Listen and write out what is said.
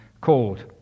called